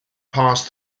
passed